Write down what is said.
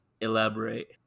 elaborate